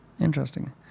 Interesting